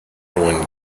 rowan